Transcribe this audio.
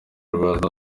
rwa